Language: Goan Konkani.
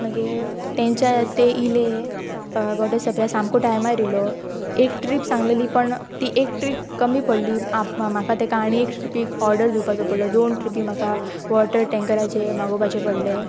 मागीर तांच्या ते इले वॉटर सप्लाय सामको टायमार आयलो एक ट्रीप सांगलेली पण ती एक ट्रीप कमी पडली म्हाका ताका आणी एक ट्रिपीक ऑर्डर दिवपाचो पडलो दोन ट्रिपी म्हाका वॉटर टँकराचे मागोवपाचे पडलें